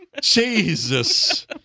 Jesus